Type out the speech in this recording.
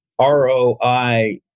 ROI